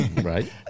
Right